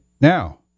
Now